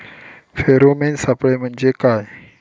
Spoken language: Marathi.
फेरोमेन सापळे म्हंजे काय?